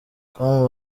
com